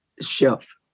chef